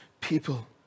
people